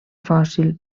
fòssil